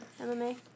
MMA